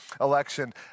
election